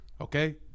okay